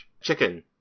Chicken